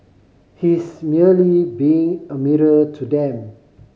he's merely being a mirror to them